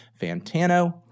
fantano